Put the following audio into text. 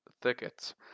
thickets